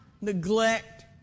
neglect